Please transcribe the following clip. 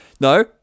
No